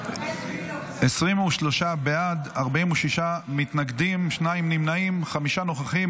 23 בעד, 46 מתנגדים, שניים נמנעים, חמישה נוכחים.